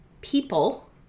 people